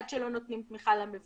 עד שלא נותנים תמיכה למבודדים,